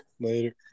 Later